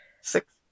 Six